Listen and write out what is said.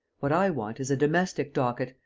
what i want is a domestic docket,